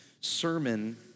sermon